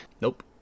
Nope